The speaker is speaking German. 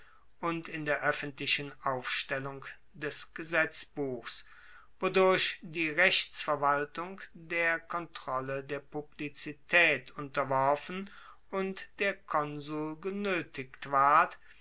und in der oeffentlichen aufstellung des gesetzbuchs wodurch die rechtsverwaltung der kontrolle der publizitaet unterworfen und der konsul genoetigt ward